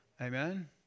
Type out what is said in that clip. Amen